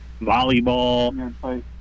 volleyball